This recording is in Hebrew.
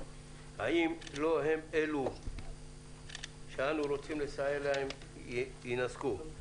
האם אלו שאנו רוצים לסייע להם לא יינזקו?